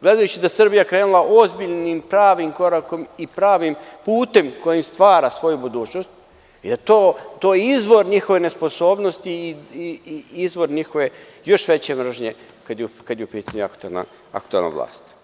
gledajući da je Srbija krenula ozbiljnim i pravim korakom i pravim putem kojim stvara svoju budućnost, to je izvor njihove nesposobnosti i izvor njihove još veće mržnje, kada je u pitanju aktuelna vlast.